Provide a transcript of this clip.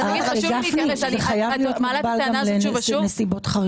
זה חייב להיות מוגבל גם לנסיבות חריגות.